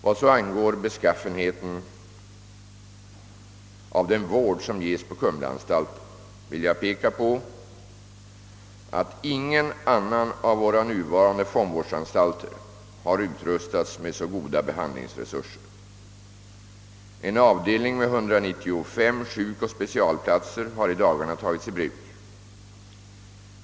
Vad så angår beskaffenheten av den vård som ges på Kumlaanstalten vill jag peka på, att ingen annan av våra nuvarande fångvårdsanstalter har utrustats med så goda behandlingsresurser. En avdelning med 1953 sjukoch specialplatser har i dagarna tagits i bruk.